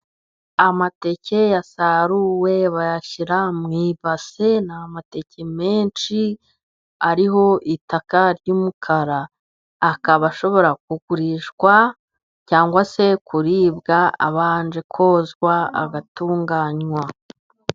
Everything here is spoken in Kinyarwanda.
Amateke yasaruwe bayashyira mu i ibase, ni amateke menshi ariho itaka ry'umukara. Akaba ashobora kugurishwa, cyangwa se kuribwa abanje kozwa agatunganywa.